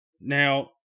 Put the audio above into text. Now